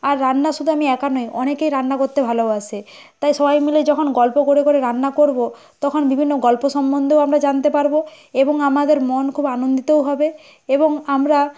আর রান্না শুধু আমি একা নয় অনেকেই রান্না করতে ভালোবাসে তাই সবাই মিলে যখন গল্প করে করে রান্না করব তখন বিভিন্ন গল্প সম্বন্ধেও আমরা জানতে পারব এবং আমাদের মন খুব আনন্দিতও হবে এবং আমরা